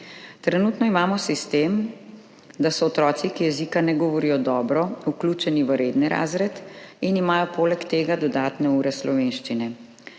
Trenutno imamo sistem, da so otroci, ki jezika ne govorijo dobro, vključeni v redni razred in imajo poleg tega dodatne ure slovenščine.